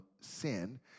sin